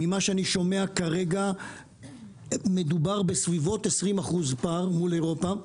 ממה שאני שומע כרגע מדובר בפער של כ-20% מול אירופה,